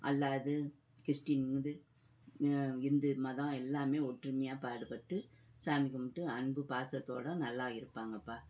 அல்லாது கிறிஸ்டின்து இந்து மதம் எல்லாமே ஒற்றுமையாக பாடுபட்டு சாமி கும்பிட்டு அன்பு பாசத்தோடு நல்லா இருப்பாங்கப்பா